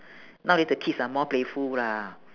nowadays the kids are more playful lah